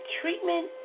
treatment